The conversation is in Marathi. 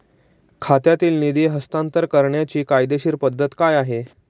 खात्यातील निधी हस्तांतर करण्याची कायदेशीर पद्धत काय आहे?